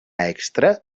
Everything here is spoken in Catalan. extra